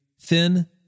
thin